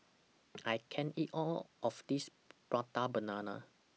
I can't eat All of This Prata Banana